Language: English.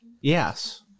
Yes